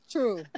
True